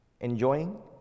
enjoying